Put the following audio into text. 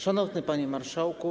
Szanowny Panie Marszałku!